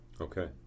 Okay